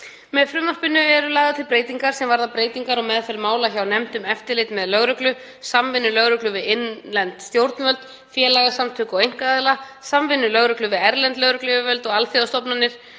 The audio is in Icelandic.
Með frumvarpinu eru lagðar til breytingar sem varða meðferð mála hjá nefnd um eftirlit með lögreglu, samvinnu lögreglu við innlend stjórnvöld, félagasamtök og einkaaðila, samvinnu lögreglu við erlend lögregluyfirvöld og alþjóðastofnanir.